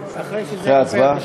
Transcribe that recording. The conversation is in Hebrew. אחרי שזה עובר, אחרי הצבעה?